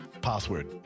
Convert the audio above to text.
password